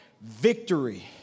Victory